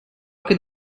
could